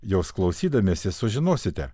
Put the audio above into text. jos klausydamiesi sužinosite